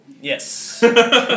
Yes